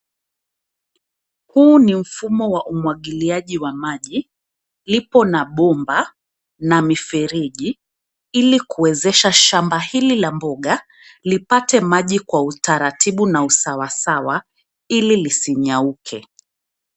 Huu ni mfumo wa umwagiliaji wa maji, lipo na bomba na mifereji ili kuwezesha shamba hili la mboga, lipate maji kwa utaratibu na usawasawa ili lisinyauke.